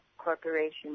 Corporation